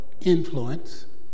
influence